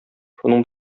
шуның